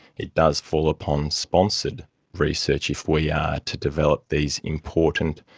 it does fall upon sponsored research if we are to develop these important,